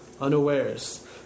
unawares